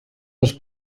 les